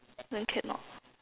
then cannot